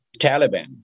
taliban